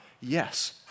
Yes